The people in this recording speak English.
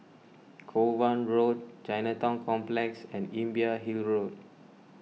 Kovan Road Chinatown Complex and Imbiah Hill Road